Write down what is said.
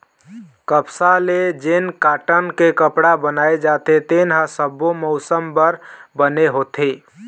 कपसा ले जेन कॉटन के कपड़ा बनाए जाथे तेन ह सब्बो मउसम बर बने होथे